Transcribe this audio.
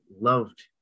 loved